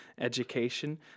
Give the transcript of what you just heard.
education